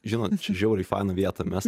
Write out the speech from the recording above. žinot čia žiauriai fainą vietą mes